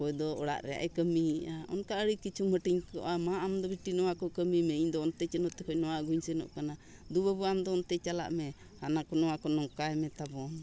ᱚᱠᱚᱭ ᱫᱚ ᱚᱲᱟᱜ ᱨᱮ ᱮ ᱠᱟᱹᱢᱤᱭᱮᱜᱼᱟ ᱚᱱᱠᱟ ᱟᱹᱰᱤ ᱠᱤᱪᱷᱩ ᱢᱟᱹᱴᱤᱧᱚᱜᱼᱟ ᱢᱟ ᱟᱢ ᱫᱚ ᱵᱤᱴᱤ ᱱᱚᱣᱟ ᱠᱚ ᱠᱟᱹᱢᱤ ᱢᱮ ᱤᱧ ᱫᱚ ᱚᱱᱛᱮ ᱪᱮᱱᱚ ᱛᱮ ᱠᱷᱚᱡ ᱱᱚᱣᱟ ᱟᱹᱜᱩᱧ ᱥᱮᱱᱚᱜ ᱠᱟᱱᱟ ᱫᱩ ᱵᱟᱹᱵᱩ ᱟᱢ ᱫᱚ ᱚᱱᱛᱮ ᱪᱟᱞᱟᱜ ᱢᱮ ᱦᱟᱱᱟ ᱠᱚ ᱱᱚᱣᱟ ᱠᱚ ᱱᱚᱝᱠᱟᱭ ᱢᱮᱛᱟᱵᱚᱱ